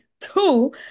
Two